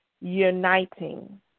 uniting